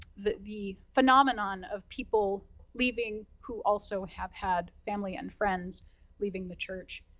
the the phenomenon of people leaving, who also have had family and friends leaving the church.